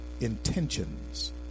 intentions